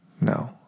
no